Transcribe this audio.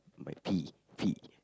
might pee pee